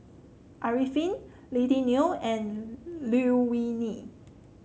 Arifin Lily Neo and Liew Wee Mee